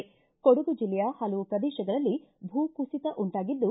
ಕೊಡಗು ಜಿಲ್ಲೆಯ ಹಲವು ಶ್ರದೇಶಗಳಲ್ಲಿ ಭೂ ಕುಸಿತ ಉಂಟಾಗಿದ್ದು